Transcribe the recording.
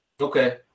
Okay